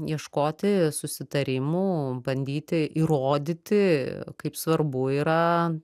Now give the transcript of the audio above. ieškoti susitarimų bandyti įrodyti kaip svarbu yra